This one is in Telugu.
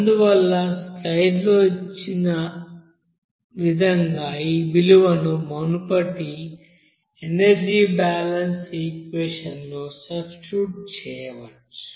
అందువల్ల స్లైడ్లో ఇక్కడ చూపిన విధంగా ఈ విలువను మునుపటి ఎనర్జీ బాలన్స్ ఈక్వెషన్ లో సబ్స్టిట్యూట్ చేయవచ్చు